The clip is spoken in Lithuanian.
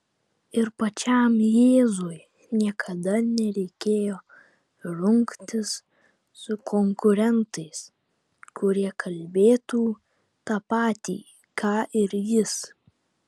ir pačiam jėzui niekada nereikėjo rungtis su konkurentais kurie kalbėtų tą patį ką ir jis